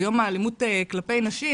ביום האלימות כלפי נשים,